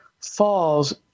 falls